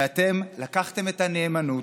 ואתם, לקחתם את הנאמנות,